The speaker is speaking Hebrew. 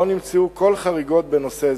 לא נמצאו כל חריגות בנושא זה.